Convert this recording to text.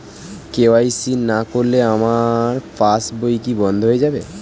KYC না করলে আমার পাশ বই কি বন্ধ হয়ে যাবে?